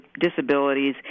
disabilities